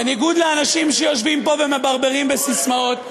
בניגוד לאנשים שיושבים פה ומברברים בססמאות,